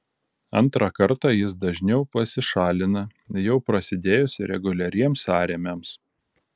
antrą kartą jis dažniau pasišalina jau prasidėjus reguliariems sąrėmiams